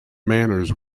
manors